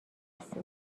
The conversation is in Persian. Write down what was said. رسید